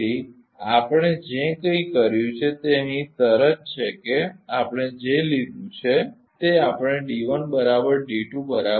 તેથી આપણે જે કંઇ કર્યું છે તે અહીં શરત છે કે આપણે જે લીધું છે તે આપણે લીધું છે